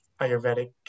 Ayurvedic